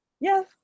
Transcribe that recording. Yes